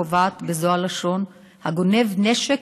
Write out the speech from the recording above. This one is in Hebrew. הקובעת בזו הלשון: הגונב נשק,